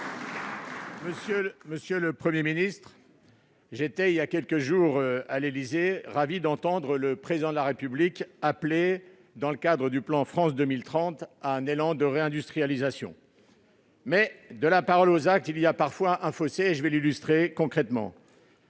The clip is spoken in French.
Monsieur le Premier ministre, présent il y a quelques jours à l'Élysée, j'ai été ravi d'y entendre le Président de la République appeler, dans le cadre du plan France 2030, à un élan de réindustrialisation. Mais de la parole aux actes il y a parfois un fossé, comme le cas suivant l'illustre concrètement.